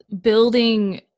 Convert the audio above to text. building